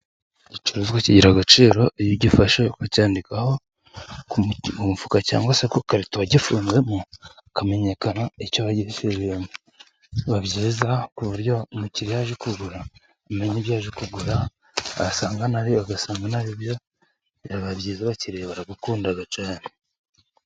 Igicuruzwa kigira agaciro iyo ugifashe ukacandikaho ku mufuka cyangwa se ku karito wagifunzemo hakamenyekana, icyo wagisizemo biba byiza ku buryo umukiriya, iyo aje kugura amenya ibyo aje kugura wasanga aribyo, ugasanga anaribyo biba byiza abakiriye barabikunda cyane.